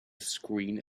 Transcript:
screen